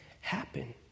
happen